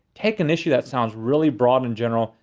take an issue that sounds really broad in general.